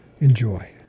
enjoy